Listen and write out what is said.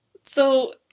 So-